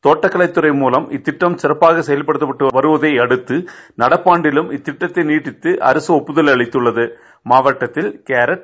கோட்க்கலைத் துறை மூலம் இத்திட்டம் சிறப்பாக செயல்படுத்தப்பட்டு வருவதையடுத்து நடப்பாண்டிலும் இத்திட்டத்தை நீட்டித்து அரசு ஒப்புதல் அளித்தள்ளது மாவட்டத்தில் காட்